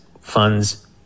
funds